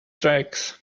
tracks